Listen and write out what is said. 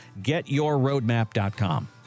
GetYourRoadmap.com